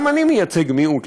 גם אני מייצג מיעוט,